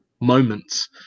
moments